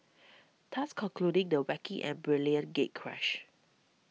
thus concluding the wacky and brilliant gatecrash